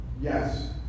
Yes